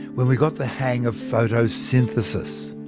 when we got the hang of photosynthesis.